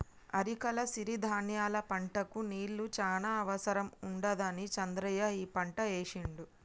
అరికల సిరి ధాన్యాల పంటకు నీళ్లు చాన అవసరం ఉండదని చంద్రయ్య ఈ పంట ఏశిండు